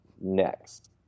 next